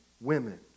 women